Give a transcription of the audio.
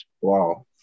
Wow